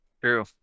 True